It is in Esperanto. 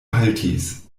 haltis